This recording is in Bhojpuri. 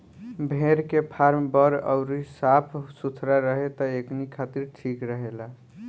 भेड़ के फार्म बड़ अउरी साफ सुथरा रहे त एकनी खातिर ठीक रहेला